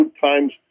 times